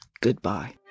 goodbye